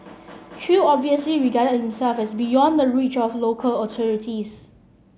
chew obviously regarded himself as beyond the reach of local authorities